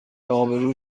ابرو